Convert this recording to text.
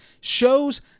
shows